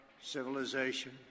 civilization